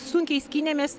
sunkiai skynėmės